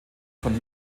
von